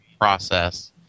process